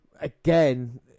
again